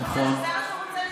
אתה חושב שזה מה שהוא רוצה לשמוע?